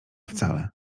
wcale